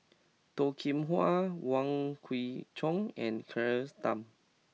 Toh Kim Hwa Wong Kwei Cheong and Claire Tham